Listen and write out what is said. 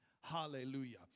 hallelujah